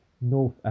North